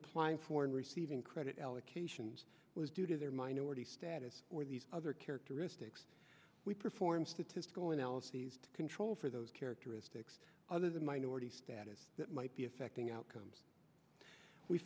applying for and receiving credit allocations was due to their minority status or these other characteristics we perform statistical analyses to control for those characteristics other than minority status that might be affecting outcomes we